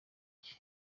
cye